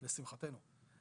לשמחתנו.